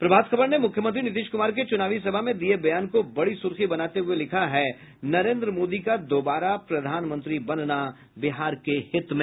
प्रभात खबर ने मुख्यमंत्री नीतीश कुमार के चुनावी सभा में दिये बयान को बड़ी सुर्खी बनाते हुये लिखा है नरेन्द्र मोदी का दोबारा प्रधानमंत्री बनना बिहार के हित में